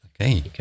Okay